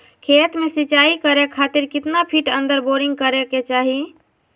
खेत में सिंचाई करे खातिर कितना फिट अंदर बोरिंग करे के चाही?